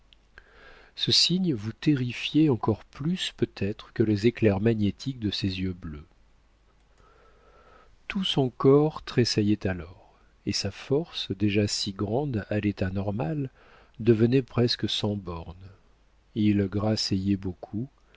ce signe vous terrifiait encore plus peut-être que les éclairs magnétiques de ses yeux bleus tout son corps tressaillait alors et sa force déjà si grande à l'état normal devenait presque sans bornes il grasseyait beaucoup